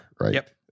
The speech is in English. right